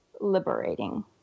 liberating